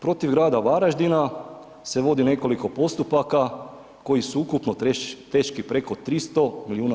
Protiv grada Varaždina se vodi nekoliko postupaka koji su ukupno teški preko 300 milijuna.